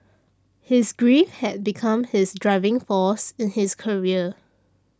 his grief had become his driving force in his career